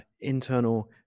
internal